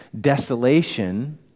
desolation